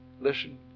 Listen